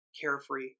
carefree